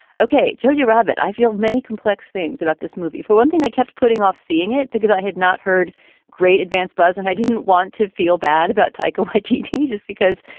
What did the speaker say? ok. jodie rabbit, i feel many complex things about this movie. for one thing, i kept putting off seeing it because i had not heard great advance buzz and i didn't want to feel bad about tycho tejas because,